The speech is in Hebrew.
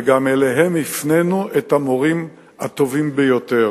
ואליהן גם הפנינו את המורים הטובים ביותר.